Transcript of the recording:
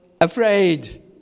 afraid